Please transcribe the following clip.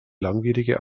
langwierige